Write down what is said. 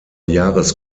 jahres